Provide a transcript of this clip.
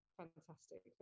fantastic